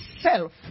self